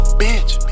bitch